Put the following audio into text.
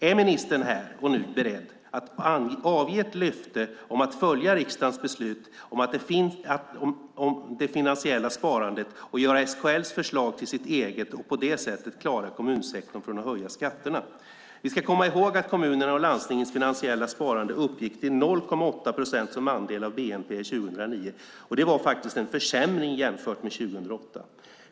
Är ministern här och nu beredd att avge ett löfte om att följa riksdagens beslut om det finansiella sparandet och göra SKL:s förslag till sitt eget så att kommunsektorn på det sättet klarar sig utan att höja skatterna? Vi ska komma ihåg att kommunernas och landstingens finansiella sparande uppgick till 0,8 procent som andel av bnp 2009, och det var faktiskt en försämring jämfört med 2008.